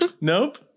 Nope